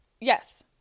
Yes